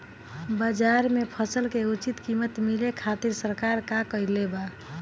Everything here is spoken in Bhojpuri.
बाजार में फसल के उचित कीमत मिले खातिर सरकार का कईले बाऽ?